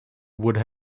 would